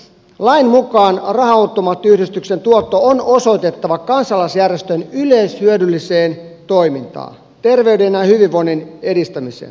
lain mukaan raha automaattiyhdistyksen tuotto on osoitettava kansalaisjärjestöjen yleishyödylliseen toimintaan terveyden ja hyvinvoinnin edistämiseen